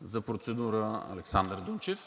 За процедура – Александър Дунчев.